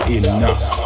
enough